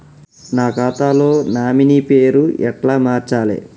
నా ఖాతా లో నామినీ పేరు ఎట్ల మార్చాలే?